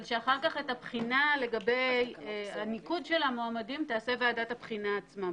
אבל שאחר כך את הבחינה לגבי הניקוד של המועמדים תעשה ועדת הבחינה עצמה,